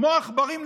כמו עכברים,